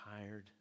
tired